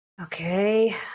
okay